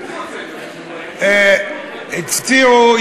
הציעו,